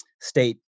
state